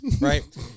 right